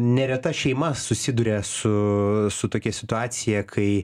nereta šeima susiduria su su tokia situacija kai